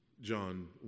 John